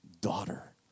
daughter